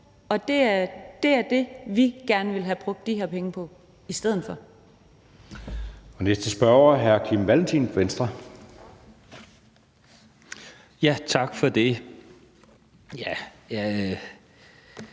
Og det er det, vi gerne ville have brugt de her penge på i stedet for.